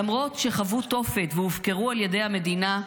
למרות שחוו תופת והופקרו על ידי המדינה,